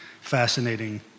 fascinating